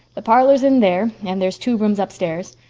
the parlor's in there and there's two rooms upstairs.